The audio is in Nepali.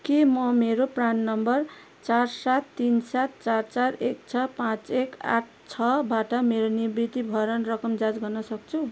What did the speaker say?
के म मेरो प्रान नम्बर चार सात तिन सात चार चार एक छ पाँच एक आठ छबाट मेरो निवृत्तिभरण रकम जाँच गर्न सक्छु